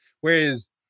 whereas